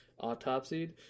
autopsied